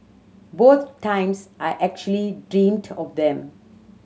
both times I actually dreamed of them